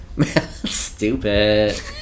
Stupid